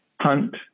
hunt